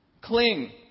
Cling